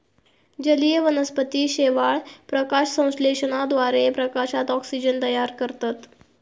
जलीय वनस्पती शेवाळ, प्रकाशसंश्लेषणाद्वारे प्रकाशात ऑक्सिजन तयार करतत